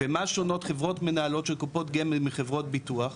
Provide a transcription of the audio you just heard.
ומה שונות חברות מנהלות של קופות גמל מחברות ביטוח?